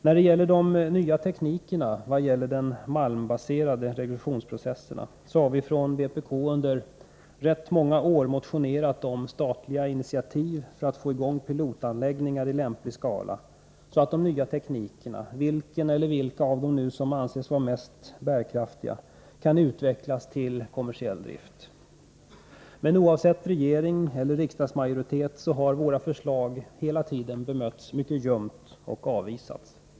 När det gäller de nya teknikerna för malmbaserade reduktionsprocesser har vi från vpk under rätt många år motionerat om statliga initiativ för att få i gång pilotanläggningar i lämplig skala, så att den nya teknik eller de nya tekniker som anses vara bärkraftiga kan utvecklas till kommersiell drift. Men oavsett regering eller riksdagsmajoritet har våra förslag hela tiden bemötts mycket ljumt och avvisats.